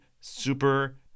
super